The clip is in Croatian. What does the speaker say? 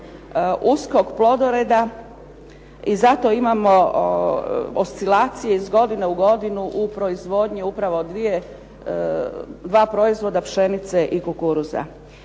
uskog plodoreda i zato imamo oscilacije iz godine u godinu u proizvodnji upravo dva proizvoda, pšenice i kukuruza.